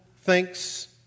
thinks